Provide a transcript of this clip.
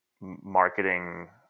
marketing